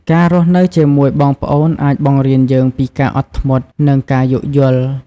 ការរស់នៅជាមួយបងប្អូនអាច បង្រៀនយើងពីការអត់ធ្មត់ និងការយោគយល់។